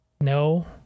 No